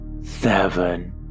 seven